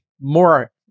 more